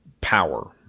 power